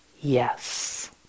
yes